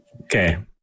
Okay